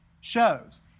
shows